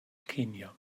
kenia